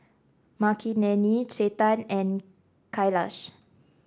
Makineni Chetan and Kailash